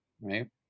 right